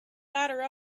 ladder